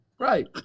Right